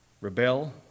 rebel